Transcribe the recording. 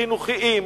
חינוכיים,